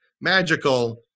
magical